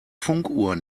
funkuhr